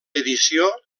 edició